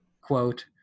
quote